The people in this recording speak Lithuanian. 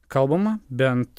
kalbama bent